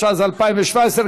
התשע"ז 2017,